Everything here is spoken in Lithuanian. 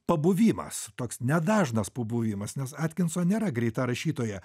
pabuvimas toks nedažnas pabuvimas nes atkinson nėra greita rašytoja